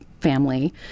family